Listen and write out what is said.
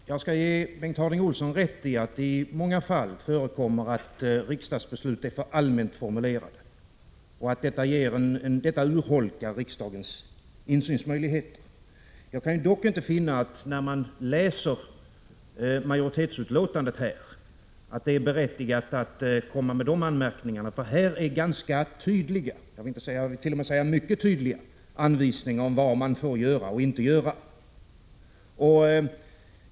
Herr talman! Jag skall ge Bengt Harding Olson rätt i att det i många fall förekommer att riksdagsbeslut är för allmänt formulerade och att detta urholkar riksdagens insynsmöjligheter. Jag kan dock inte finna, när jag läser majoritetsutlåtandet, att det är berättigat att komma med de anmärkningarna i det här fallet. Här finns tydliga — jag vill t.o.m. säga mycket tydliga — anvisningar om vad man får göra och inte göra.